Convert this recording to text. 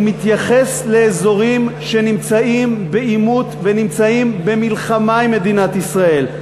לאזורים שנמצאים בעימות ונמצאים במלחמה עם מדינת ישראל.